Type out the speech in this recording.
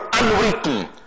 unwritten